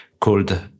called